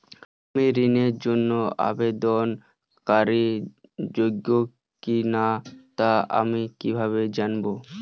আমি ঋণের জন্য আবেদন করার যোগ্য কিনা তা আমি কীভাবে জানব?